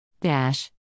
Dash